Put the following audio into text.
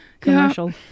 commercial